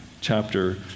chapter